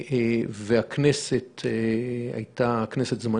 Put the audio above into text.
והכנסת הייתה כנסת זמנית,